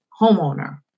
homeowner